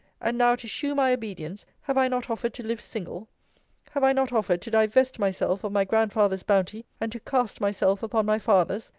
and now, to shew my obedience, have i not offered to live single have i not offered to divest myself of my grandfather's bounty, and to cast myself upon my father's!